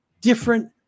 different